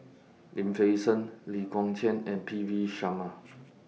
Lim Fei Shen Lee Kong Chian and P V Sharma